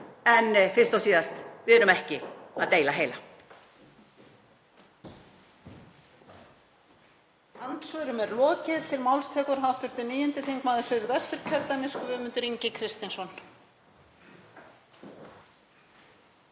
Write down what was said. en fyrst og síðast: Við erum ekki að deila heila.